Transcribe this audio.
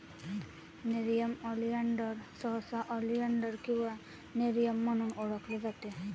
nerium oleander सहसा oleander किंवा nerium म्हणून ओळखले जाते